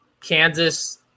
Kansas